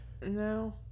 No